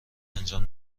انجام